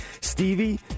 Stevie